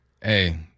Hey